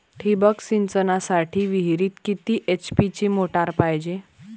ठिबक सिंचनासाठी विहिरीत किती एच.पी ची मोटार पायजे?